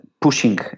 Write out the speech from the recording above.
pushing